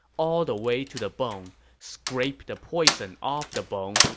all the way to the bone, scrape the poison off the bone,